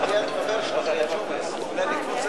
ההסתייגות לחלופין של קבוצת סיעת חד"ש לשם החוק לא נתקבלה.